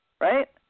right